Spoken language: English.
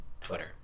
Twitter